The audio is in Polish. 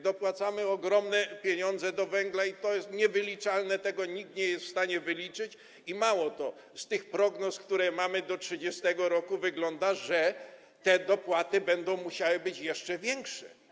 Dopłacamy ogromne pieniądze do węgla i to jest niewyliczalne, tego nikt nie jest w stanie wyliczyć, i mało tego, z tych prognoz, które mamy do 2030 r., wynika, że te dopłaty będą musiały być jeszcze większe.